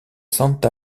santa